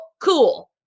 Cool